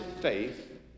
faith